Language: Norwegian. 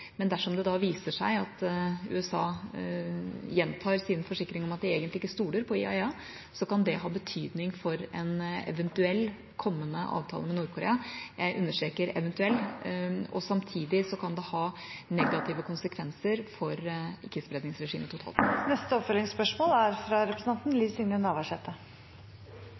Men dersom det da viser seg at USA gjentar sine forsikringer om at de egentlig ikke stoler på IAEA, kan det ha betydning for en eventuell kommende avtale med Nord-Korea – jeg understreker eventuell – og samtidig kan det ha negative konsekvenser for ikke-spredningsregimet totalt sett. Liv Signe Navarsete – til oppfølgingsspørsmål.